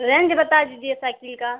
range बता दीजिए cycle की